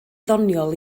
ddoniol